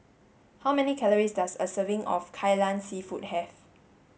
how many calories does a serving of Kai Lan seafood have